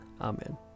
Amen